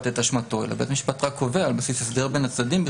את אשמתו אלא בית המשפט קובע על בסיס הסדר בין הצדדים.